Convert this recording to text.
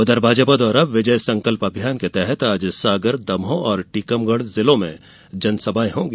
उधर भाजपा द्वारा विजय संकल्प अभियान के तहत आज सागर दमोह और टीकमगढ जिलों में जन सभाएं होंगी